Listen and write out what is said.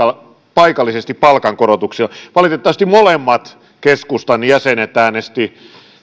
paikallisesti palkankorotuksilla valitettavasti molemmat keskustan jäsenet äänestivät